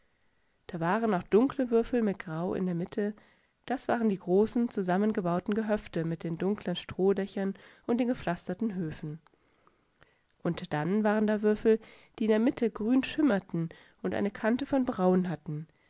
da waren auch dunkle würfel mit grau in der mitte das waren die großen zusammengebauten gehöfte mit den dunklen strohdächern und den gepflasterten höfen und dann waren da würfel die in der mitte grün schimmertenundeinekantevonbraunhatten